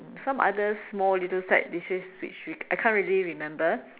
some other small little side dishes which we I can't really remember